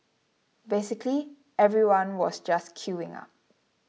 basically everyone was just queuing up